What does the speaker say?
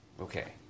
Okay